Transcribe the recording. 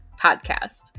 podcast